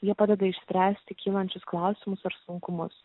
jie padeda išspręsti kylančius klausimus ar sunkumus